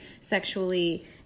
sexually